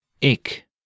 ik